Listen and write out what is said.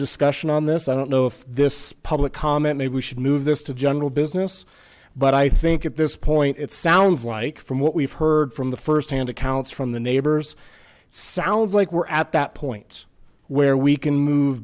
discussion on this i don't know if this public comment maybe we should move this to general business but i think at this point it sounds like from what we've heard from the firsthand accounts from the neighbors sounds like we're at that point where we can move